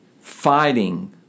fighting